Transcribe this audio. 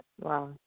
Wow